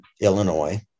Illinois